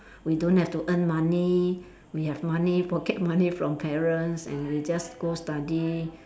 we don't have to earn money we have money pocket money from parents and we just go study